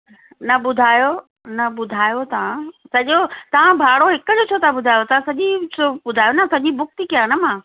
न ॿुधायो न ॿुधायो तव्हां सॼो तव्हां भाड़ो हिकु जो छो था ॿुधायो तव्हां सॼी ॿुधायो न सॼी बुक थी कयां न मां